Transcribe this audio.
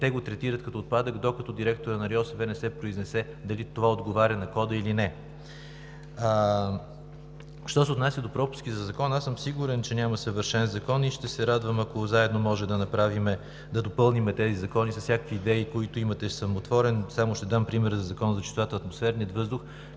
те го третират като отпадък, докато директорът на РИОСВ не се произнесе дали това отговаря на кода или не. Що се отнася до пропуски в Закона – аз съм сигурен, че няма съвършен закон и ще се радвам, ако заедно можем да допълним тези закони с всякакви идеи, които имате. Отворен съм. Само ще дам пример със Закона за чистотата на атмосферния въздух,